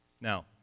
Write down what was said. Now